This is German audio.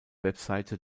webseite